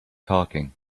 talking